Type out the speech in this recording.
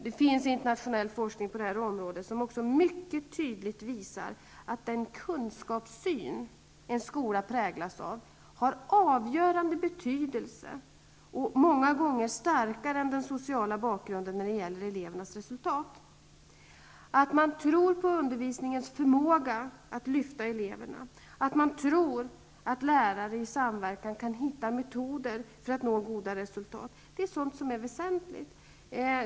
Det finns internationell forskning på det området som mycket tydligt visar att den kunskapssyn en skola präglas av har avgörande betydelse. Den är många gånger starkare än den sociala bakgrunden för elevernas resultat. Att tro på undervisningens förmåga att lyfta eleverna och att tro att lärare i samverkan kan hitta metoder för att nå goda resultat är väsentligt.